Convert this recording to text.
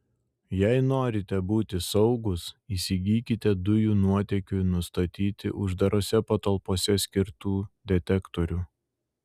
jei norite būti saugūs įsigykite dujų nuotėkiui nustatyti uždarose patalpose skirtų detektorių